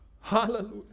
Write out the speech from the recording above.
Hallelujah